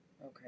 Okay